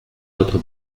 notre